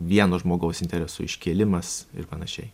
vieno žmogaus interesų iškėlimas ir panašiai